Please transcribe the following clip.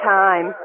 time